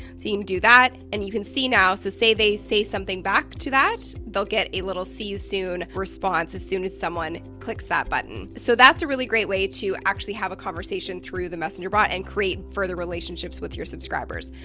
you can do that and you can see now, so say they say something back to that they'll get a little see you soon, response as soon as someone clicks that button. so that's a really great way to actually have a conversation through the messenger bot and create further relationships with your subscribers.